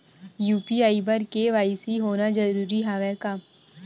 UPI बर KYC होना जरूरी हवय का?